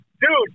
Dude